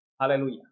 Hallelujah